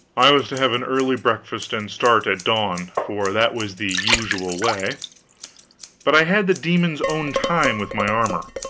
i was to have an early breakfast, and start at dawn, for that was the usual way but i had the demon's own time with my armor,